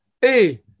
hey